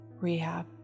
Rehab